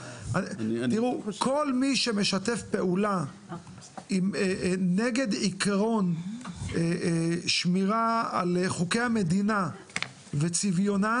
כל מי שמשתף פעולה נגד עיקרון שמירה על חוקי המדינה וצביונה,